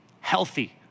healthy